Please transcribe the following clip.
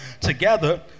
together